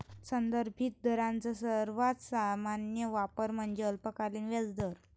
संदर्भित दरांचा सर्वात सामान्य वापर म्हणजे अल्पकालीन व्याजदर